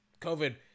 COVID